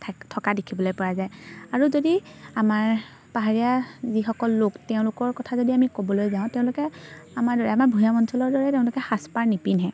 থাক থকা দেখিবলৈ পোৱা যায় আৰু যদি আমাৰ পাহাৰীয়া যিসকল লোক তেওঁলোকৰ কথা যদি আমি ক'বলৈ যাওঁ তেওঁলোকে আমাৰ দৰে আমাৰ ভৈয়াম অঞ্চলৰ দৰে তেওঁলোকে সাজপাৰ নিপিন্ধে